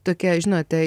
tokia žinote